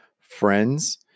friends